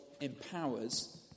empowers